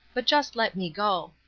but just let me go.